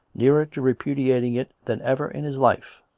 nearer to repudiating it than ever in his life.